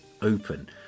open